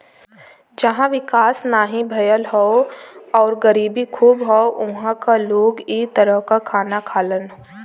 जहां विकास नाहीं भयल हौ आउर गरीबी खूब हौ उहां क लोग इ तरह क खाना खालन